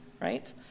right